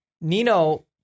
Nino